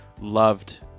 loved